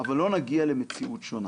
אבל לא נגיע למציאות שונה.